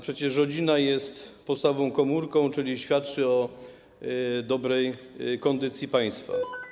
Przecież rodzina jest podstawową komórką, czyli świadczy o dobrej kondycji państwa.